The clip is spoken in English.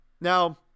Now